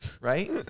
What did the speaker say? right